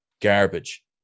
garbage